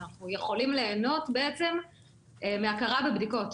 שאנחנו יכולים ליהנות מהכרה בבדיקות.